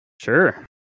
sure